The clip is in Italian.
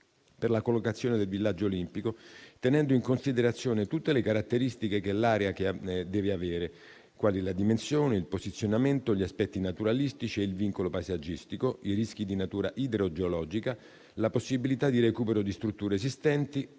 per la collocazione del villaggio olimpico, tenendo in considerazione tutte le caratteristiche che l'area deve avere, quali la dimensione, il posizionamento, gli aspetti naturalistici e il vincolo paesaggistico, i rischi di natura idrogeologica, la possibilità di recupero di strutture esistenti,